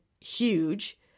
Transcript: huge